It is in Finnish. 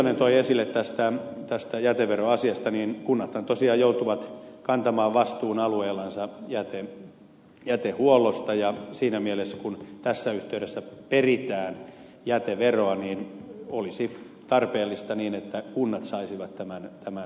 tiusanen toi esille tästä jäteveroasiasta niin kunnathan tosiaan joutuvat kantamaan vastuun alueellansa jätehuollosta ja siinä mielessä kun tässä yhteydessä peritään jäteveroa olisi tarpeellista että kunnat saisivat tämän veron itselleen